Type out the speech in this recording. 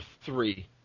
three